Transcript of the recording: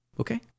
okay